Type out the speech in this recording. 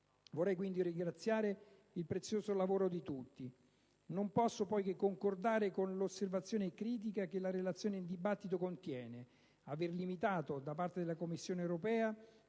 Vorrei quindi ringraziare per il prezioso lavoro di tutti. Non posso poi che concordare con l'osservazione critica che la Relazione in discussione contiene: aver limitato, da parte della Commissione europea,